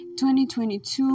2022